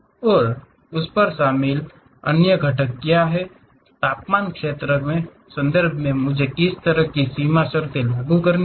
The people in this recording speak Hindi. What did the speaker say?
और उस पर शामिल अन्य घटक क्या हैं तापमान क्षेत्र के संदर्भ में मुझे किस तरह की सीमा शर्तें लागू करनी हैं